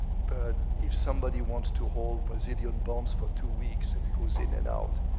but if somebody wants to hold brazilian bonds for two weeks, and goes in and out,